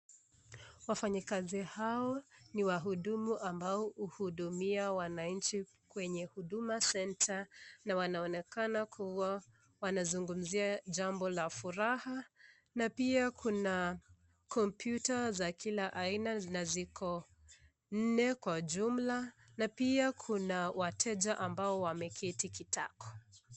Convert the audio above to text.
Wafanyakazi hawa ni wahudumu ambao uwahudumia wanchi kwenye Huduma center,(cs), na wanaomekaka kuwa wanazungumzia jambo la furaha, na pia Kuna computer,(cs), za kila aina na ziko nne kwa jumla na pia kuna wateja ambao wameketi kitako.